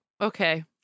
Okay